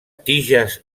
tiges